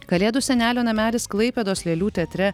kalėdų senelio namelis klaipėdos lėlių teatre